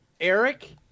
Eric